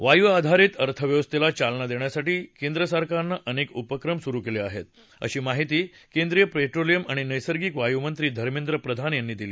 वायुआधारित अर्थव्यवस्थेला चालना देण्यासाठी केंद्रसरकारनं अनेक उपक्रम सुरु केले आहेत अशी माहिती केंद्रीय पेट्रोलियम आणि नैर्सगिक वायूमंत्री धर्मद्र प्रधान यांनी दिली